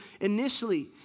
initially